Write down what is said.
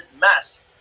mass